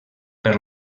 per